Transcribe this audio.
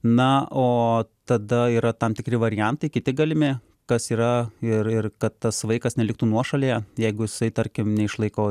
na o tada yra tam tikri variantai kiti galimi kas yra ir ir kad tas vaikas neliktų nuošalyje jeigu jisai tarkim neišlaiko